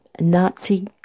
Nazi